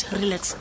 relax